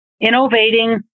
innovating